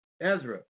Ezra